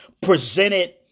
presented